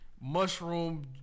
mushroom